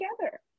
together